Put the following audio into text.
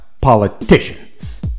politicians